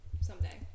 someday